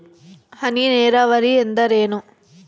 ಹನಿ ನೇರಾವರಿ ಎಂದರೇನು?